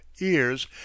ears